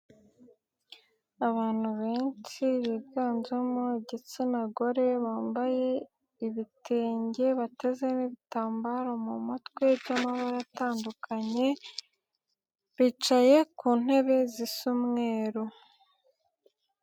Abantu benshi biganjemo igitsina gore bambaye ibitenge bateze n'ibitambaro mu mutwe by'amabara atandukanye, bicaye ku ntebe zisa umweru.